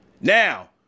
Now